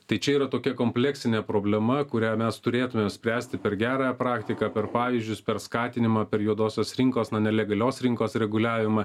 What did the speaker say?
tai čia yra tokia kompleksinė problema kurią mes turėtume spręsti per gerąją praktiką per pavyzdžius per skatinimą per juodosios rinkos na nelegalios rinkos reguliavimą